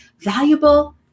valuable